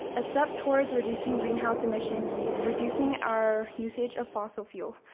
a step towards reducing greenhouse emissions is reducing our usage of fossil fuel,